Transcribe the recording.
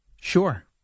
Sure